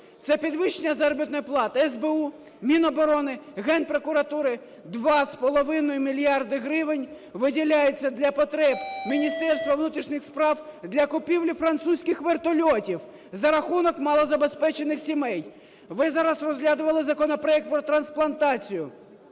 Це підвищення заробітної плати СБУ, Міноборони, Генпрокуратури. 2,5 мільярда гривень виділяється для потреб Міністерства внутрішніх справ для купівлі французьких вертольотів за рахунок малозабезпечених сімей. Ви зараз розглядували законопроект про трансплантацію.